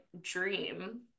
dream